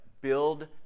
build